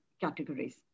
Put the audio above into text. categories